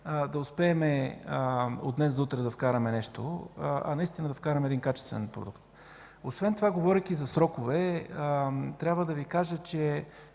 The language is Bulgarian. да успеем от днес за утре да вкараме нещо, а наистина да вкараме един качествен продукт. Освен това, говорейки за срокове, трябва да Ви кажа, че